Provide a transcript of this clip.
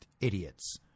idiots